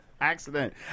Accident